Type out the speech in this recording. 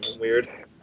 weird